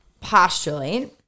postulate